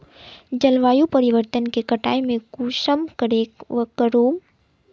जलवायु परिवर्तन के कटाई में कुंसम करे करूम?